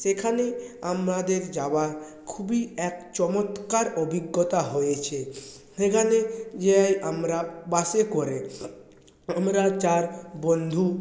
সেখানে আমাদের যাওয়ায় খুবই এক চমৎকার অভিজ্ঞতা হয়েছে সেখানে যেয়ে আমরা বাসে করে আমরা চার বন্ধু